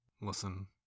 Listen